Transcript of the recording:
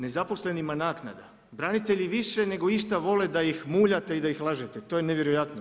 Nezaposlenima naknada, branitelji više nego išta vole da ih muljate i da ih lažete, to je nevjerojatno.